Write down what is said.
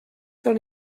són